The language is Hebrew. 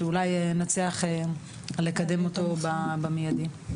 שאולי נצליח לקדם אותו במיידי.